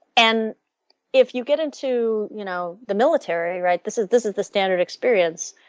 and if you get into you know the military, right, this is this is the standard experience.